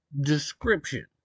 description